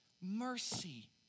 Mercy